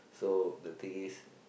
so the thing is